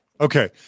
Okay